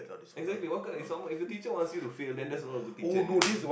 exactly what kind if someone your teacher wants you to fail that's not a good teacher anyway